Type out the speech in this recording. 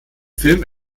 film